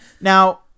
Now